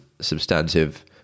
substantive